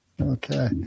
Okay